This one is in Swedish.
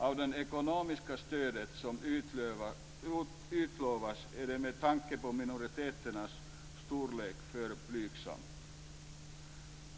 Även det ekonomiska stödet som utlovas är med tanke på minoriteternas storlek för blygsamt.